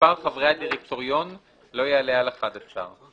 מספר חברי הדירקטוריון לא יעלה על אחד עשר,";